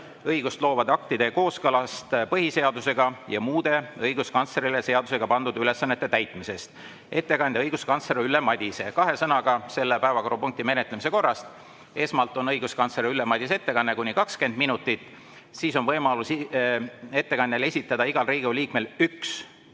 õigustloovate aktide kooskõlast põhiseadusega ja muude õiguskantslerile seadusega pandud ülesannete täitmisest. Ettekandja on õiguskantsler Ülle Madise. Kahe sõnaga selle päevakorrapunkti menetlemise korrast. Esmalt on õiguskantsler Ülle Madise ettekanne kuni 20 minutit. Siis on igal Riigikogu liikmel